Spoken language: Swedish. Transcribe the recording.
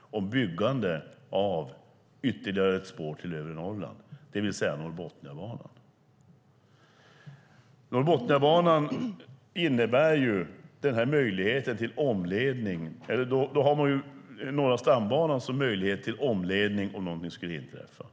om byggande av ytterligare ett spår till övre Norrland, det vill säga Norrbotniabanan. Med Norrbotniabanan blir Norra stambanan en möjlighet till omledning om något skulle inträffa.